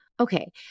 Okay